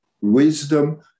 wisdom